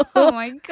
ah oh my.